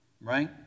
right